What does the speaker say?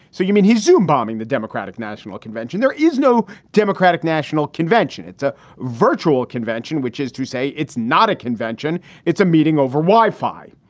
so you mean he zew bombing the democratic national convention? there is no democratic national convention. it's a virtual convention, which is to say, it's not a convention, it's a meeting over wi-fi.